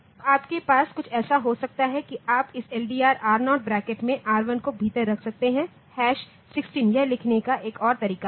तो आपके पास कुछ ऐसा हो सकता है कि आप इस LDR R0ब्रैकेट में R1को भीतर रख सकते हैं 16 यह लिखने का एक और तरीका है